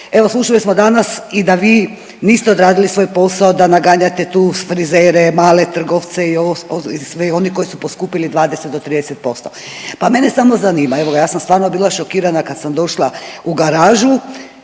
Evo slušali smo danas i da vi niste odradili svoj posao, da naganjate tu frizere, male trgovce i sve one koji su poskupili 20 do 30%, pa mene samo zanima evoga ja sam stvarno bila šokirana kad sam došla u garažu